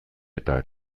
eta